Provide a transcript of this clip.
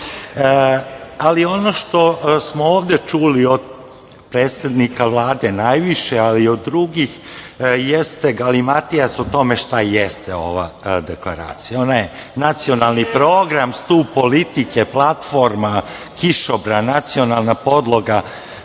Srbiju. Ono što smo ovde čuli od predstavnika Vlade najviše, ali i od drugih jeste galimatijas o tome šta jeste ova deklaracija. Ona je nacionalni program, stub politike, platforma, kišobran, nacionalna podloga,